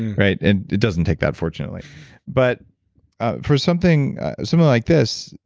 right? and it doesn't take that, fortunately but for something something like this,